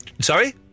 Sorry